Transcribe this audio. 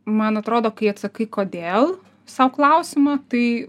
man atrodo kai atsakai kodėl sau klausimą tai